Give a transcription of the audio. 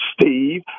Steve